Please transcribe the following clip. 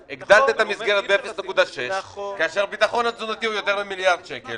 המסגרת ב-0.6 כאשר הביטחון התזונתי הוא יותר ממיליארד שקל,